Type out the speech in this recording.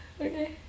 okay